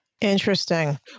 Interesting